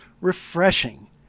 refreshing